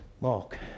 Mark